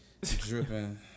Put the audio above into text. dripping